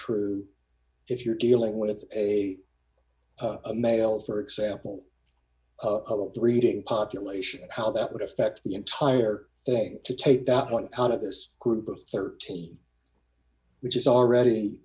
true if you're dealing with a male for example of a breeding population how that would affect the entire thing to take that one out of this group of thirteen which is already